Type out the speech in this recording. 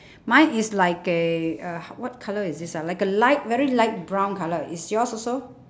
mine is like a uh what colour is this ah like a light very light brown colour is yours also